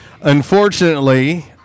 Unfortunately